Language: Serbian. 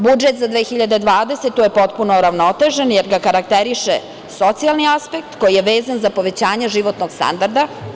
Budžet za 2020. godinu je potpuno uravnotežen, jer ga karakteriše socijalni aspekt, koji je vezan za povećanje životnog standarda.